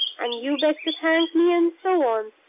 and you beg to thank me and so on,